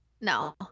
No